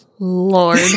Lord